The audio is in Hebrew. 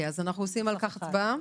הצבעה.